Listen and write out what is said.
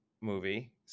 movie